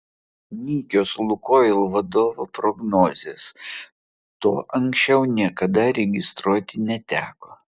nykios lukoil vadovo prognozės to anksčiau niekada registruoti neteko